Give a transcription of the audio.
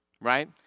Right